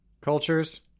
cultures